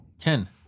Ken